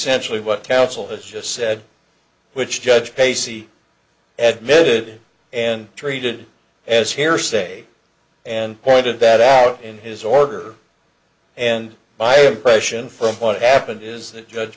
essentially what counsel has just said which judge casey edited and treated as hearsay and pointed that out in his order and by impression from what happened is that judge